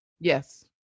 Yes